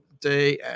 Day